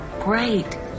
great